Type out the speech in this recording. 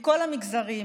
מכל המגזרים,